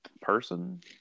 person